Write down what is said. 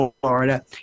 Florida